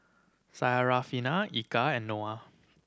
Syarafina Eka and Noah